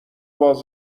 باز